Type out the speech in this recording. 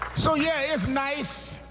so yeah, it's nice